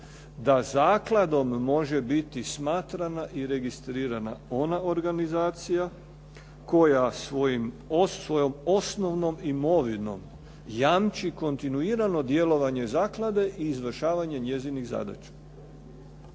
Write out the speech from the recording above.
da zakladom može biti smatrana i registrirana ona organizacija koja svojom osnovnom imovinom jamči kontinuirano djelovanje zaklade i izvršavanje njezinih zadaća.